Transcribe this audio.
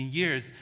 years